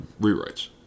rewrites